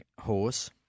horse